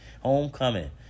Homecoming